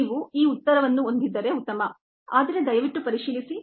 ನೀವು ಈ ಉತ್ತರವನ್ನು ಹೊಂದಿದ್ದರೆ ಉತ್ತಮ ಆದರೆ ದಯವಿಟ್ಟು ಪರಿಶೀಲಿಸಿ